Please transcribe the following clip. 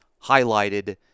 highlighted